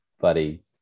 buddy